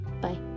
bye